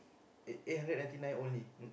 eight eight hundred ninety nine only